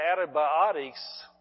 antibiotics